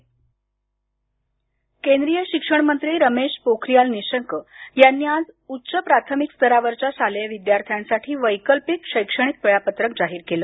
वेळापत्रक केंद्रीय शिक्षण रमेश पोखरियाल निशंक यांनी आज उच्च प्राथमिक स्तरावरच्या शालेय विद्यार्थ्यांसाठी वैकल्पिक शैक्षणिक वेळापत्रक जाहीर केलं